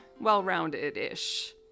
well-rounded-ish